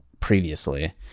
previously